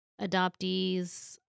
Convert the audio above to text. adoptees